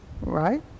Right